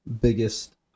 biggest